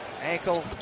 ankle